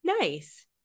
Nice